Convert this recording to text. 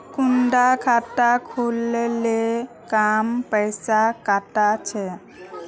कुंडा खाता खोल ले कम पैसा काट छे?